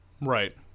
right